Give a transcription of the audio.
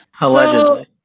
Allegedly